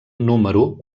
número